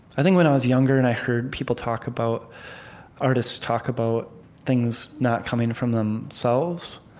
i think when i was younger, and i heard people talk about artists talk about things not coming from themselves,